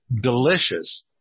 delicious